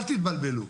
אל תתבלבלו.